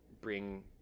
bring